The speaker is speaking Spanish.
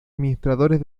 administradores